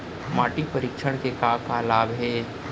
माटी परीक्षण के का का लाभ हे?